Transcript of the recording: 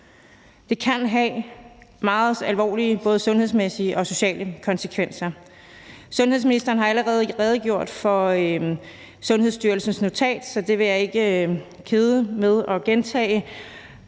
Det kan have meget alvorlige både sundhedsmæssige og sociale konsekvenser. Sundhedsministeren har allerede redegjort for Sundhedsstyrelsens notat, så det vil jeg ikke gentage